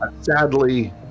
sadly